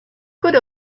could